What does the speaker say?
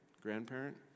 Grandparent